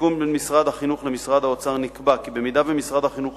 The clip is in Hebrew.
בסיכום בין משרד החינוך למשרד האוצר נקבע כי אם משרד החינוך